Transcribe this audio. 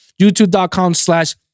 YouTube.com/slash